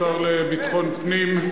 השר לביטחון פנים,